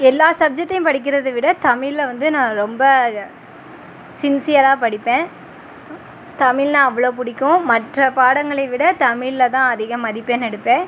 எல்லா சப்ஜெக்ட்டையும் படிக்கிறதுவிட தமிழை வந்து நான் ரொம்ப சின்ஸியராக படிப்பேன் தமிழ்னா அவ்வளோ பிடிக்கும் மற்ற பாடங்களை விட தமிழில தான் அதிக மதிப்பெண் எடுப்பேன்